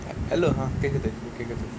hello